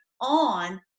on